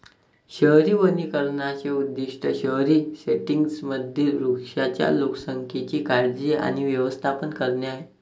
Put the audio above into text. शहरी वनीकरणाचे उद्दीष्ट शहरी सेटिंग्जमधील वृक्षांच्या लोकसंख्येची काळजी आणि व्यवस्थापन करणे आहे